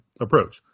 approach